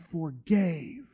forgave